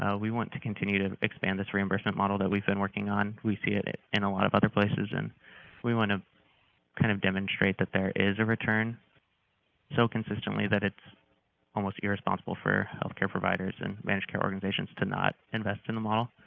ah we want to continue to expand this reimbursement model that we've been working on. we see it it in a lot of other places, and we want to kind of demonstrate that there is a return so consistently that it's almost irresponsible for health care providers and managed care organizations to not invest in the model.